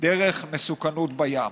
דרך מסוכנת בים.